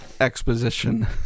exposition